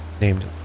named